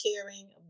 caring